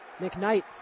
McKnight